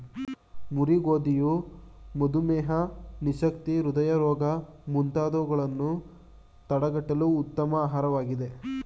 ಮುರಿ ಗೋಧಿಯು ಮಧುಮೇಹ, ನಿಶಕ್ತಿ, ಹೃದಯ ರೋಗ ಮುಂತಾದವುಗಳನ್ನು ತಡಗಟ್ಟಲು ಉತ್ತಮ ಆಹಾರವಾಗಿದೆ